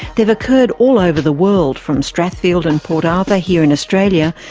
they have occurred all over the world, from strathfield and port arthur here in australia,